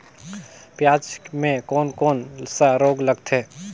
पियाज मे कोन कोन सा रोग लगथे?